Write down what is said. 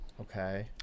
Okay